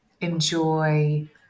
enjoy